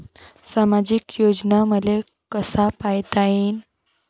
सामाजिक योजना मले कसा पायता येईन?